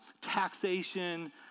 taxation